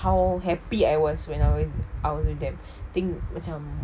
how happy I was when I was with them thing macam